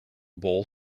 bowl